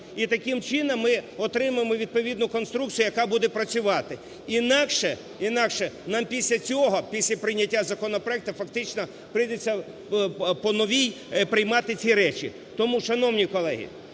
І таким чином ми отримаємо відповідну конструкцію, яка буде працювати. Інакше, інакше нам після цього, після прийняття законопроекту фактично прийдеться поновій приймати ці речі. Тому, шановні колеги,